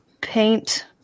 paint